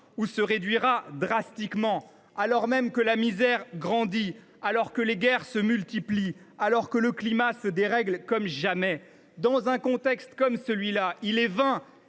ou se réduira drastiquement, alors même que la misère grandit, alors que les guerres se multiplient, alors que le climat se dérègle comme jamais. Dans un tel contexte, il est vain